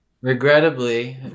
Regrettably